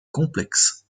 complexe